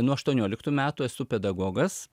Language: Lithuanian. nuo aštuonioliktų metų esu pedagogas